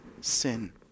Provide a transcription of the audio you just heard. sin